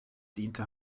diente